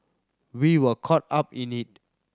we were caught up in it